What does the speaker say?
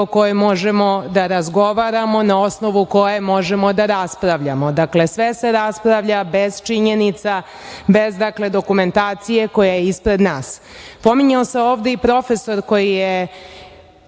o kojoj možemo da razgovaramo, na osnovu koje možemo da raspravljamo. Dakle, sve se raspravlja bez činjenica, bez dokumentacije koja je ispred nas. Pominjao se ovde i profesor koji